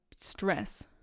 stress